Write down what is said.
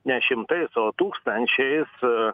ne šimtais o tūkstančiais